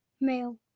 Male